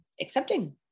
accepting